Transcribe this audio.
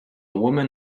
woman